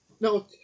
No